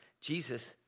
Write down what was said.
Jesus